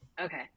Okay